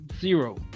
zero